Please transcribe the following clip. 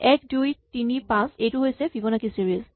১ ২ ৩ ৫ এইটো হৈছে Fibonacci series